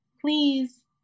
please